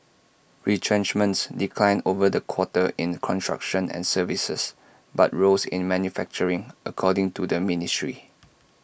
retrenchments declined over the quarter in construction and services but rose in manufacturing according to the ministry